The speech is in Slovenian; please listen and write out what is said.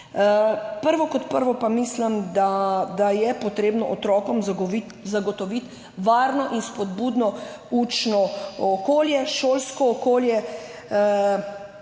Prvo kot prvo pa mislim, da je potrebno otrokom zagotoviti varno in spodbudno učno okolje, šolsko okolje,